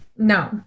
No